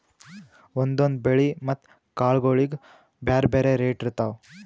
ಒಂದೊಂದ್ ಬೆಳಿ ಮತ್ತ್ ಕಾಳ್ಗೋಳಿಗ್ ಬ್ಯಾರೆ ಬ್ಯಾರೆ ರೇಟ್ ಇರ್ತವ್